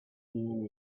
men